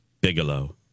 Bigelow